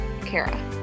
Kara